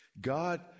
God